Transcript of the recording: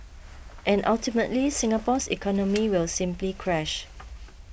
and ultimately Singapore's economy will simply crash